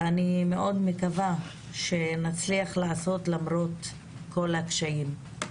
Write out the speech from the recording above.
ואני מאוד מקווה שנצליח לעשות למרות כל הקשיים.